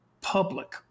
public